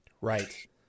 Right